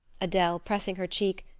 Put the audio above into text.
adele, pressing her cheek,